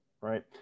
right